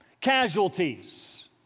casualties